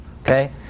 Okay